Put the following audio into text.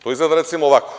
To izgleda recimo ovako.